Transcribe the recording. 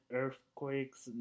earthquakes